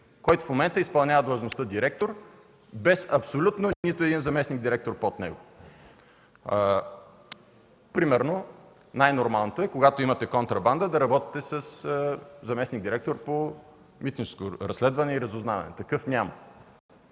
който в момента изпълнява длъжността „директор” без абсолютно нито един заместник-директор под него? Примерно най-нормалното е, когато имате контрабанда, да работите със заместник-директор по „Митническо разследване и разузнаване”. Такъв няма.